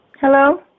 Hello